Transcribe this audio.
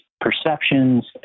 perceptions